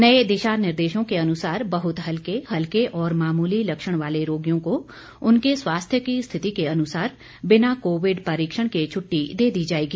नए दिशा निर्देशों के अनुसार बहुत हल्के हल्के और मामूली लक्षण वाले रोगियों को उनके स्वास्थ्य की स्थिति के अनुसार बिना कोविड परीक्षण के छट्टी दे दी जाएगी